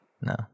No